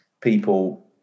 people